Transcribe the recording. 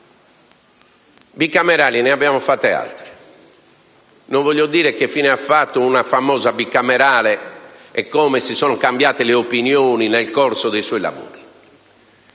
bicamerali ne abbiamo fatte altre. Non voglio dire che fine ha fatto una famosa bicamerale e come sono cambiate le opinioni nel corso dei suoi lavori.